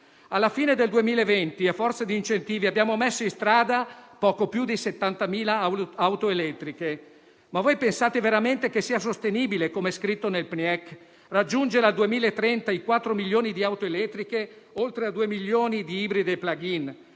Alla fine del 2020, a forza di incentivi, abbiamo messo in strada poco più di 70.000 auto elettriche. Ma voi pensate veramente che sia sostenibile, come scritto nel PNIEC, raggiungere al 2030 i quattro milioni di auto elettriche, oltre ai due milioni di ibride *plug-in*?